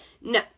No